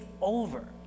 over